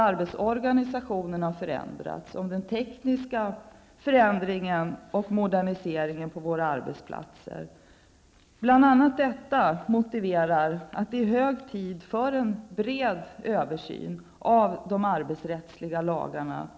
Arbetsorganisationen har ändrats. Vidare handlar det om den tekniska moderniseringen på våra arbetsplatser. Bl.a. allt detta gör att det är hög tid för en bred översyn av de arbetsrättsliga lagarna..